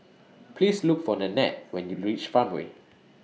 Please Look For Nannette when YOU REACH Farmway